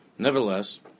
Nevertheless